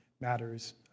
matters